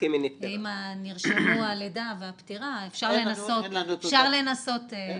אם נרשמו הלידה והפטירה אפשר לנסות למצוא.